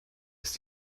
ist